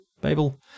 Babel